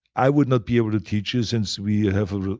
i would not be able to teach you since we have ah